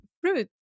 fruit